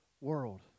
world